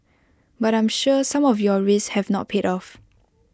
but I'm sure some of your risks have not paid off